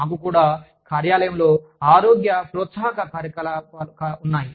మాకు కూడా కార్యాలయంలో ఆరోగ్య ప్రోత్సాహక కార్యక్రమాలు ఉన్నాయి